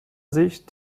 sich